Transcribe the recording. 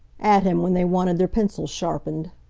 at him when they wanted their pencils sharpened.